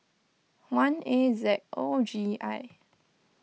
one A Z O G I